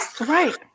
Right